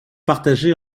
partagés